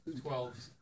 twelve